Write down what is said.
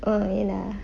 uh ya lah